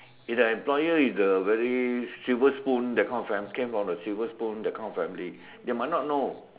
if the employer is the very silver spoon that kind of fam came from the silver spoon that kind of family they might not know